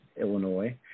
Illinois